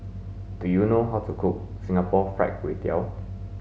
do you know how to cook Singapore fried kway tiao